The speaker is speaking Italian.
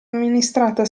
amministrata